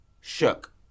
shook